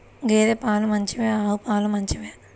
గేద పాలు మంచివా ఆవు పాలు మంచివా?